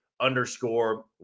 underscore